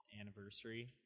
anniversary